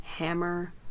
Hammer